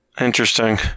Interesting